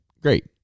Great